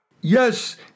yes